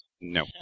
No